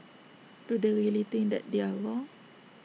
do they really think that they are wrong